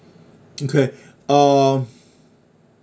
okay uh